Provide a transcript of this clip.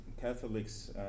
Catholics